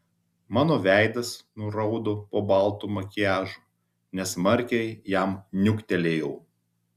mano veidas nuraudo po baltu makiažu nesmarkiai jam niuktelėjau